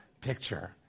picture